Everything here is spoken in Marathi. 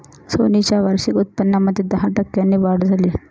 सोनी च्या वार्षिक उत्पन्नामध्ये दहा टक्क्यांची वाढ झाली